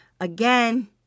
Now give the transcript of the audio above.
Again